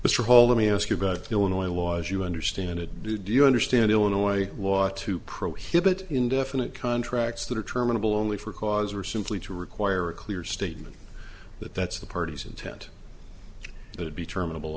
hall let me ask you about the illinois law as you understand it do do you understand illinois law to prohibit indefinite contracts that are terminable only for cause or simply to require a clear statement that that's the parties intent that it be termina